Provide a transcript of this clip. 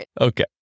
Okay